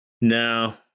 No